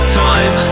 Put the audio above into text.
time